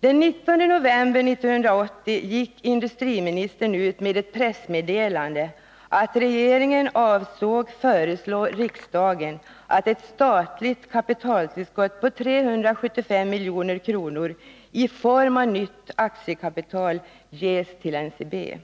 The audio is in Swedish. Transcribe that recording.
Den 19 november 1980 gick industriministern ut med ett pressmeddelande om att regeringen avsåg att föreslå riksdagen att ett statligt kapitaltillskott på 375 milj.kr. i form av nytt aktiekapital skulle ges till NCB.